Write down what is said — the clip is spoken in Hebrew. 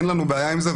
אין לנו בעיה עם זה,